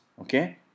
okay